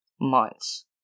months